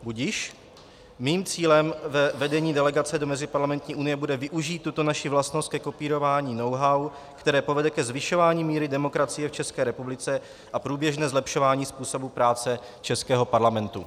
Budiž, mým cílem ve vedení delegace do Meziparlamentní unie bude využít tuto naši vlastnost ke kopírování knowhow, které povede ke zvyšování míry demokracie v České republice, a průběžné zlepšování způsobu práce českého parlamentu.